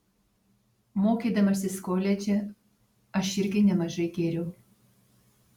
mokydamasis koledže aš irgi nemažai gėriau